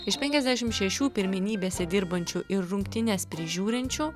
iš penkiasdešimt šešių pirmenybėse dirbančių ir rungtynes prižiūrinčių